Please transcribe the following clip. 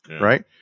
right